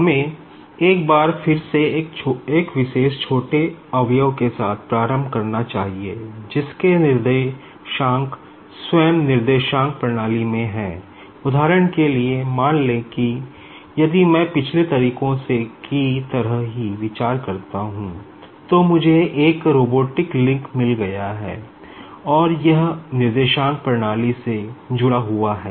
हमें एक बार फिर से एक विशेष छोटे कंपोनेंट से जुड़ा हुआ है